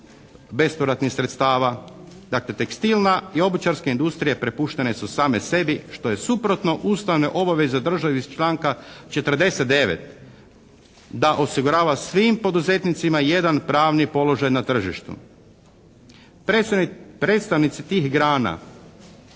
bespovratnih sredstava, dakle tekstilna i obućarska industrija prepuštene su same sebi što je suprotno ustavne obaveze državi iz članka 49. da osigurava svim poduzetnicima jedan pravni položaj na tržištu. Predstavnici tih grana